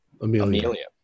Amelia